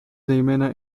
zejména